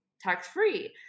tax-free